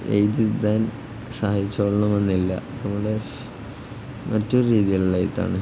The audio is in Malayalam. എഴുതാൻ സഹായിച്ചുകൊള്ളണമെന്നില്ല അവിടെ മറ്റൊരു രീതിയിലുള്ള ഇതാണ്